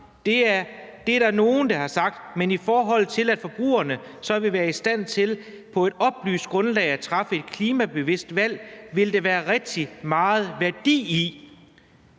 »Det er der nogen, der har sagt. Men i forhold til, at forbrugerne så vil være i stand til på et oplyst grundlag at træffe et klimabevidst valg, vil der være rigtig meget værdi i